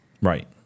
Right